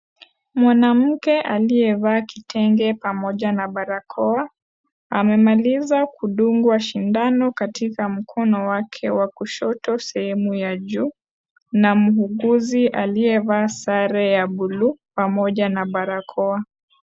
Mwanamke aliyevaa kitenge pamoja na barakoa amemaliza kudungwa sindano katika mkono wake wa kushoto sehemu ya juu na mwuguzi aliyevaa sare ya buluu pamoja na barakoa.